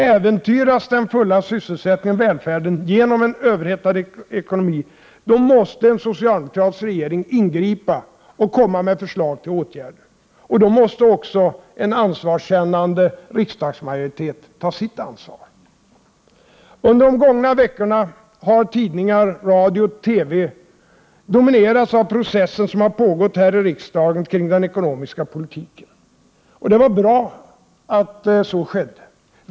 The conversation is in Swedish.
Äventyras den fulla sysselsättningen och välfärden genom en överhettad ekonomi, måste en socialdemokratisk regering ingripa och komma med förslag till åtgärder. Då måste också en ansvarskännande riksdagsmajoritet ta sitt ansvar. Under de gångna veckorna har tidningar, radio och TV dominerats av processen här i riksdagen kring den ekonomiska politiken. Det var bra att så skedde.